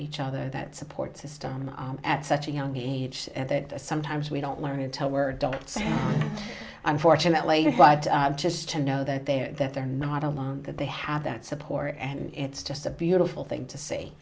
each other that support system at such a young age that sometimes we don't learn until we're done so unfortunately but just to know that they are that they're not alone that they have that support and it's just a beautiful thing to s